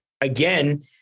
again